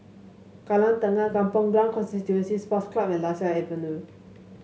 Kallang Tengah Kampong Glam Constituency Sports Club and Lasia Avenue